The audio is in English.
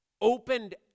opened